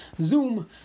Zoom